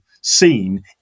seen